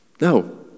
No